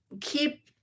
keep